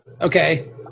Okay